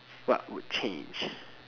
what would change